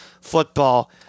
football